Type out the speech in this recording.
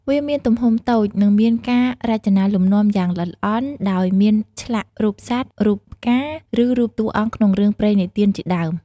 វាមានទំហំតូច និងមានការរចនាលំនាំយ៉ាងល្អិតល្អន់ ដោយមានឆ្លាក់រូបសត្វ រូបផ្កា ឬរូបតួអង្គក្នុងរឿងព្រេងនិទានជាដើម។